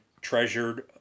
treasured